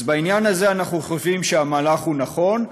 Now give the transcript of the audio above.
אז בעניין הזה אנחנו חושבים שהמהלך נכון,